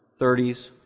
30s